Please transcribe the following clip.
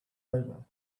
over